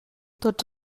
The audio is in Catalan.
tots